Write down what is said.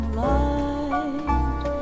light